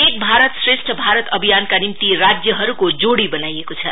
एक भारत श्रेष्ठ भारत अभियानका निम्ति राज्यहरुको जोड़ी बनाइएको छ